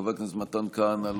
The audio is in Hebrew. חבר הכנסת מתן כהנא,